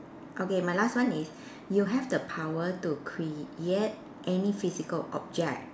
okay my last one is you have the power to create any physical object